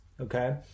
Okay